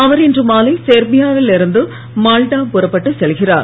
அவர் இன்று மாலை செர்பியாவில் இருந்து மால்டா புறப்பட்டு செல்கிறார்